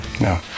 No